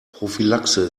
prophylaxe